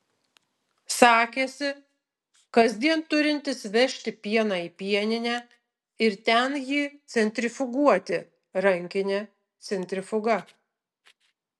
sakėsi kasdien turintis vežti pieną į pieninę ir ten jį centrifuguoti rankine centrifuga